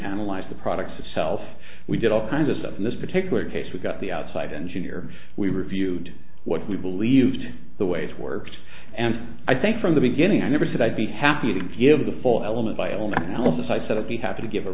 analyze the products itself we did all kinds of stuff in this particular case we got the outside engineer we reviewed what we believed the way it worked and i think from the beginning i never said i'd be happy to give the full element by element analysis i said i'd be happy to give a